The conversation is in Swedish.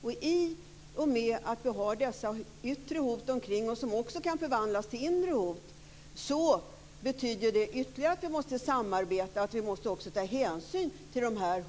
Det förhållandet att vi har dessa yttre hot, som också kan förvandlas till inre hot, gör det ännu mer nödvändigt för oss att samarbeta. Vi måste också ta hänsyn till de